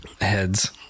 heads